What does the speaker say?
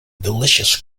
delicious